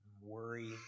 worry